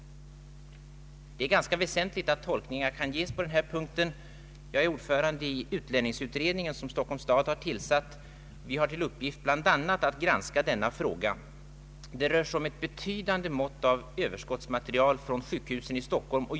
Det är ganska väsentligt att tolkningar kan ges på denna punkt. Jag är ordförande i den utlänningsutredning som Stockholms stad tillsatt. Vi har till uppgift bl.a. att granska denna fråga. Det rör sig om ett visst mått av överskottsmateriel från sjukhusen i Stockholm.